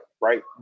right